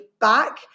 back